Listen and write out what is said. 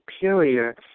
superior